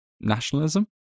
nationalism